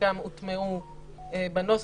חלקן הוטמעו בנוסח,